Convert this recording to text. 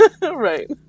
Right